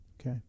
Okay